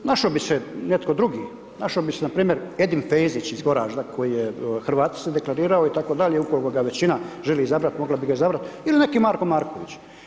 Našao bi se netko drugi, našao bi se npr. Edin Fejzić iz Goražda, koji je u Hrvata se deklarirao itd. ukoliko ga većina želi izabrati, mogla bi ga izabrati ili neki Marko Marković.